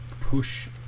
push